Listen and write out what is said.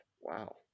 Wow